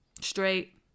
straight